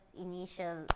initial